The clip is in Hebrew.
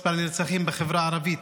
של מספר הנרצחים בחברה הערבית.